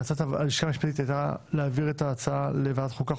המלצת הלשכה המשפטית הייתה להעביר את ההצעה לוועדת החוקה,